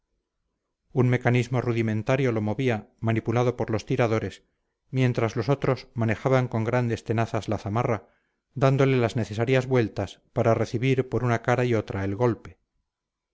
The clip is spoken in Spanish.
un mecanismo rudimentario lo movía manipulado por los tiradores mientras los otros manejaban con grandes tenazas la zamarra dándole las necesarias vueltas para recibir por una cara y otra el golpe